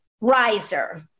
riser